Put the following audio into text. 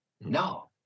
No